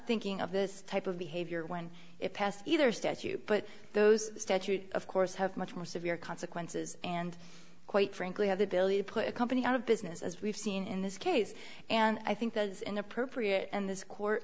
thinking of this type of behavior when it passed either statute but those statutes of course have much more severe consequences and quite frankly have the ability to put a company out of business as we've seen in this case and i think that is inappropriate and this court